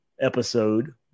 episode